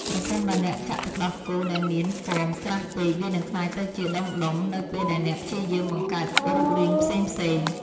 ប្រសិនបើអ្នកចាក់ទឹកដោះគោដែលមានហ្វូមក្រាស់ពេក វានឹងក្លាយទៅជាដុំៗនៅពេលដែលអ្នកព្យាយាមបង្កើតរូបរាងផ្សេងៗ។